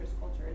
culture